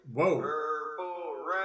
Whoa